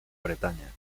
bretaña